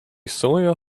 sawyer